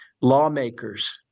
Lawmakers